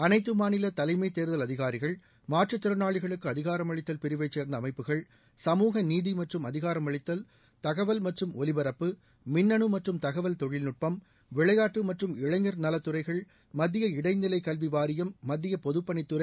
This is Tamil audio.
அனைத்து மாநில தலைமைத் தேர்தல் அதிகாரிகள் மாற்றுத்திறனாளிகளுக்கு அதிகாரமளித்தல் பிரிவை சேர்ந்த அமைப்புகள் சமூகநீதி மற்றும் அதிகாரமளித்தல் தகவல் மற்றும் ஒலிபரப்பு மின்னனு மற்றும் தகவல் தொழில்நுட்பம் விளையாட்டு மற்றும் இளைஞர் நலத்துறைகள் மத்திய இடைநிலை கல்வி வாரியம் மத்திய பொதுப்பணித்துறை